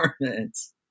performance